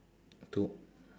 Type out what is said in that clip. to